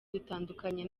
dutandukanye